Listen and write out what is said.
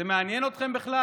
זה מעניין אתכם בכלל,